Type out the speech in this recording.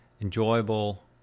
enjoyable